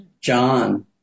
John